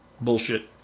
Bullshit